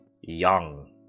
young